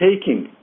taking